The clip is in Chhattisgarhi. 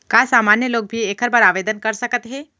का सामान्य लोग भी एखर बर आवदेन कर सकत हे?